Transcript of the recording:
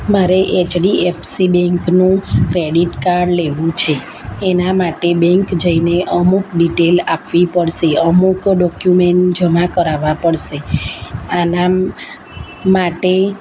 મારે એચડીએફસી બેંકનું credit card લેવું છે એના માટે બેન્ક જઈને અમુક ડીટેલ આપવી પડશે અમુક ડોક્યુમેન્ટ જમા કરાવવાં પડશે આના માટે